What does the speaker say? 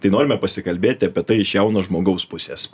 tai norime pasikalbėti apie tai iš jauno žmogaus pusės